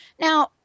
Now